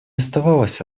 оставалась